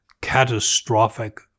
catastrophic